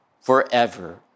forever